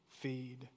Feed